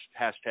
hashtag